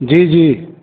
जी जी